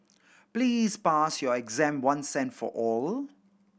please pass your exam once and for all